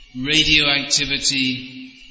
radioactivity